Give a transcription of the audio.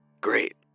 Great